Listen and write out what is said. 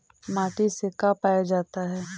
माटी से का पाया जाता है?